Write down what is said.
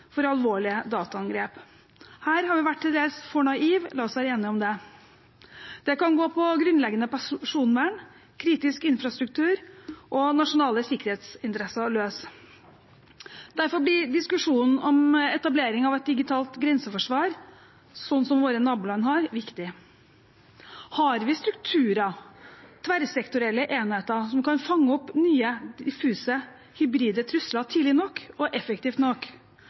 for alvorlige dataangrep. Her har vi vært til dels for naive, la oss være enige om det. Det kan gå på grunnleggende personvern, kritisk infrastruktur og nasjonale sikkerhetsinteresser løs. Derfor blir diskusjonen om etablering av et digitalt grenseforsvar, som våre naboland har, viktig. Har vi strukturer, tverrsektorielle enheter som kan fange opp nye, diffuse, hybride trusler tidlig nok og effektivt nok